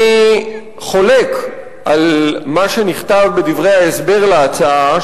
אני חולק על מה שנכתב בדברי ההסבר להצעה,